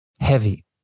heavy